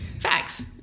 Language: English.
Facts